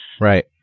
Right